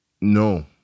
No